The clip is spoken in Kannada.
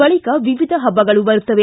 ಬಳಿಕ ವಿವಿಧ ಹಬ್ಬಗಳು ಬರುತ್ತವೆ